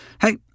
hey